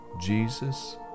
Jesus